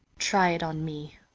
try it on me.